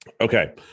okay